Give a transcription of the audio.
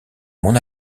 mon